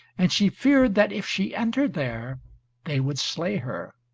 and she feared that if she entered there they would slay her.